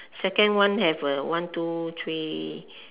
second one have a one two three